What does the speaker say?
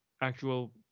actual